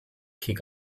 kick